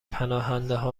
پناهندهها